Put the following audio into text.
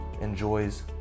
enjoys